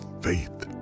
faith